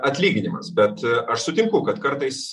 atlyginimas bet aš sutinku kad kartais